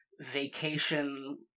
vacation